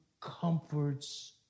comforts